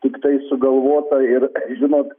tiktai sugalvota ir žinot